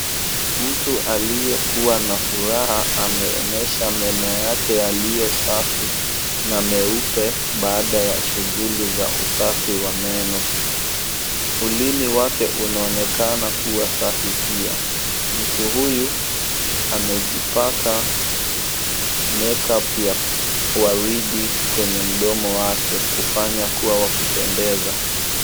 Mtu aliyekua na furaha ameonyesha meno yake yaliyo safi na meupe baada ya shughuli za usafi wa meno. Ulimi wake unaonekana kuwa safi pia. Mtu huyu amejipaka make-up ya waridi kwenye mdomo wake na kufanya kuwa wa kupendeza.